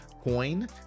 coin